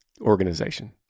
organization